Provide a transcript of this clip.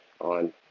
on